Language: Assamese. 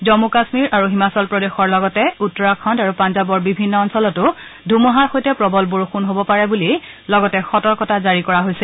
জম্মু কাশ্মীৰ আৰু হিমাচল প্ৰদেশৰ লগতে উত্তৰাখণ্ড আৰু পঞ্জাৱৰ বিভিন্ন অঞ্চলতো ধুমুহাৰ সৈতে প্ৰবল বৰষুণ হব পাৰে বুলি লগতে সতৰ্কতা জাৰি কৰা হৈছে